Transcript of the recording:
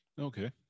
Okay